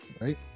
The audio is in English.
right